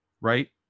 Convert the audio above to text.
right